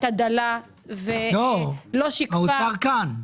היתה דלה ולא שיקפה --- האוצר כאן.